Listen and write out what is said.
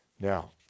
Now